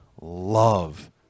love